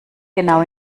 genau